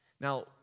Now